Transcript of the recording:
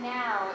now